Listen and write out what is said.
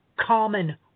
common